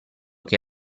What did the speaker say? che